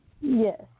Yes